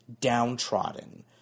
downtrodden